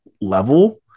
level